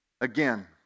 again